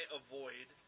avoid